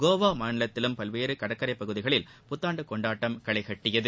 கோவா மாநிலத்திலும் பல்வேறு கடற்கரை பகுதிகளில் புத்தாண்டு கொண்டாட்டம் களைகட்டியது